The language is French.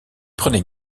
prenez